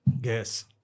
guess